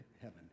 heaven